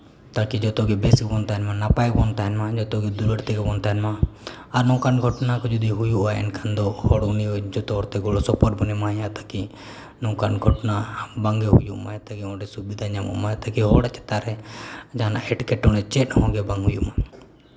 ᱛᱟᱠᱤ ᱡᱚᱛᱚᱜᱮ ᱵᱮᱥ ᱵᱚᱱ ᱛᱟᱦᱮᱱ ᱢᱟ ᱱᱟᱯᱟᱭ ᱵᱚᱱ ᱛᱟᱦᱮᱱ ᱢᱟ ᱡᱚᱛᱚ ᱜᱮ ᱫᱩᱞᱟᱹᱲ ᱛᱮᱜᱮ ᱵᱚᱱ ᱛᱟᱦᱮᱱ ᱢᱟ ᱟᱨ ᱱᱚᱝᱠᱟᱱ ᱜᱷᱚᱴᱚᱱᱟ ᱠᱚ ᱡᱩᱫᱤ ᱦᱩᱭᱩᱜᱼᱟ ᱮᱱᱠᱷᱟᱱ ᱫᱚ ᱦᱚᱲ ᱩᱱᱤ ᱡᱚᱛᱚ ᱦᱚᱲᱛᱮ ᱜᱚᱲᱚ ᱥᱚᱯᱚᱦᱚᱫ ᱵᱚᱱ ᱮᱢᱟᱭᱟ ᱛᱟᱠᱤ ᱱᱚᱝᱠᱟᱱ ᱜᱷᱚᱴᱚᱱᱟ ᱵᱟᱝᱜᱮ ᱦᱩᱭᱩᱜ ᱢᱟ ᱛᱟ ᱟᱡ ᱛᱮᱜᱮ ᱚᱸᱰᱮ ᱥᱩᱵᱤᱟ ᱧᱟᱢᱚᱜ ᱢᱟ ᱟᱡ ᱛᱮᱜᱮ ᱦᱚᱲ ᱪᱮᱛᱟᱱ ᱨᱮ ᱡᱟᱦᱟᱱᱟᱜ ᱮᱴᱠᱮᱴᱚᱬᱮ ᱪᱮᱫ ᱦᱚᱸᱜᱮ ᱵᱟᱝ ᱦᱩᱭᱩᱜᱼᱟ